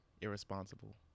Irresponsible